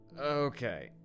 Okay